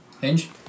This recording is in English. Hinge